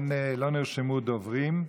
לא נרשמו דוברים.